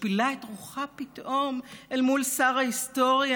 משפילה את רוחה פתאום אל מול שר ההיסטוריה,